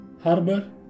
harbor